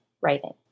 writing